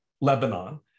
Lebanon